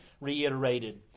reiterated